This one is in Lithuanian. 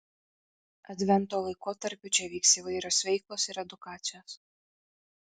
advento laikotarpiu čia vyks įvairios veiklos ir edukacijos